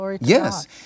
Yes